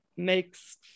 makes